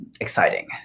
exciting